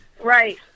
Right